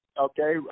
okay